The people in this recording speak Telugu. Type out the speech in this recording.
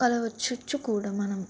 కలవచ్చొచ్చు కూడా మనం